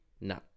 No